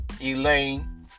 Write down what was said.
Elaine